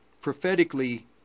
prophetically